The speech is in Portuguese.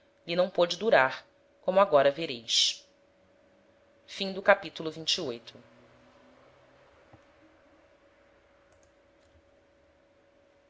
lhe não pôde durar como agora vereis capitulo